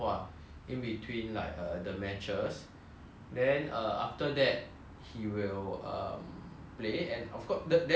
then uh after that he will um play and of course the then there's prize money as well I think ten K ah